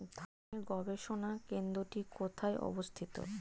ধানের গবষণা কেন্দ্রটি কোথায় অবস্থিত?